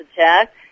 attack